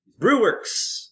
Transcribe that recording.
Brewworks